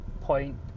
point